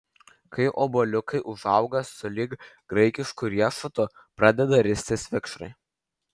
kai obuoliukai užauga sulig graikišku riešutu pradeda ristis vikšrai